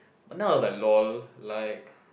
but now I was like lol like